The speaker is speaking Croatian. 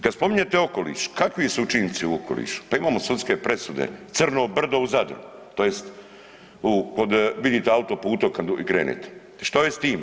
Kad spominjete okoliš kakvi su učinci u okolišu, pa imamo sudske presude, Crno brdo u Zadru tj. vidite autoputom kad krenete, što je s tim?